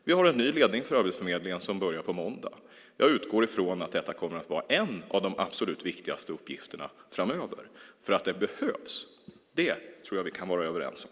Vi har en ny ledning för Arbetsförmedlingen som börjar på måndag, och jag utgår från att detta kommer att vara en av de absolut viktigaste uppgifterna framöver. Att det behövs tror jag att vi kan vara överens om.